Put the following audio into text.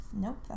nope